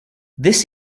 this